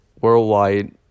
worldwide